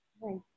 Right